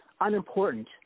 unimportant